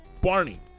Barney